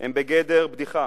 הם בגדר בדיחה,